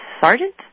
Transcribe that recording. sergeant